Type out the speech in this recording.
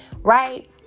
right